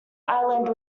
island